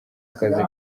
akazi